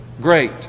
great